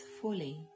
fully